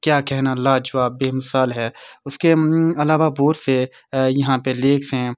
کیا کہنا لاجواب بے مثال ہے اس کے علاوہ بہت سے یہاں پہ لیکس ہیں